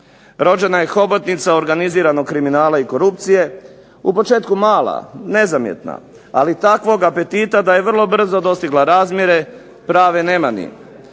Rođena je hobotnica organiziranog kriminala i korupcije u početku mala, nezamjetna, ali takvog apetita da je vrlo brzo dostigla razmjere prave nemani.